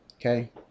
okay